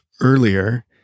earlier